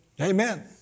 Amen